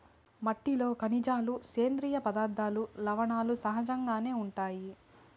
మట్టిలో ఖనిజాలు, సేంద్రీయ పదార్థాలు, లవణాలు సహజంగానే ఉంటాయి